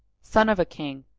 son of a king,